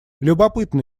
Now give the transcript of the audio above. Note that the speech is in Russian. любопытно